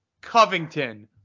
Covington